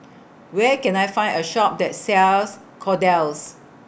Where Can I Find A Shop that sells Kordel's